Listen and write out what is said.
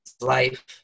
life